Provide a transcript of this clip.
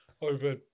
over